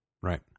Right